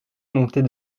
montait